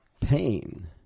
pain